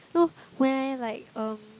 no when I like um